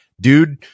dude